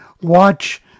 watch